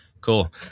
cool